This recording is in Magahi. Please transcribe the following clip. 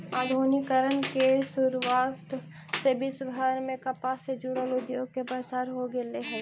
आधुनिकीकरण के शुरुआत से विश्वभर में कपास से जुड़ल उद्योग के प्रसार हो गेल हई